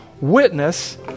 witness